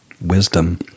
wisdom